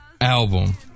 album